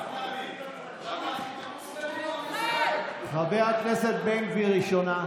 נפתלי, למה, חבר הכנסת בן גביר, ראשונה.